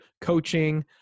coaching